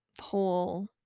whole